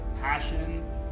passion